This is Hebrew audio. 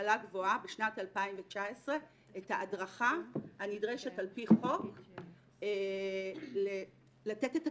להשכלה גבוהה בשנת 2019 את ההדרכה הנדרשת על פי חוק לתת את הכלים.